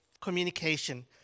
communication